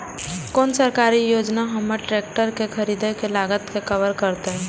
कोन सरकारी योजना हमर ट्रेकटर के खरीदय के लागत के कवर करतय?